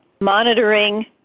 monitoring